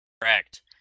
Correct